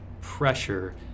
pressure